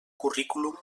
currículum